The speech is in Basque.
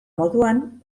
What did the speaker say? moduan